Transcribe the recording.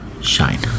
shine